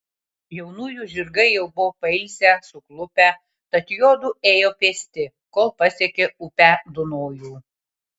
jaunųjų žirgai jau buvo pailsę suklupę tad juodu ėjo pėsti kol pasiekė upę dunojų